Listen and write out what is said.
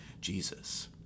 Jesus